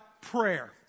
prayer